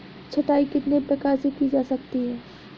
छँटाई कितने प्रकार से की जा सकती है?